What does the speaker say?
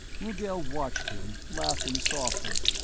rugel watched him, laughing softly.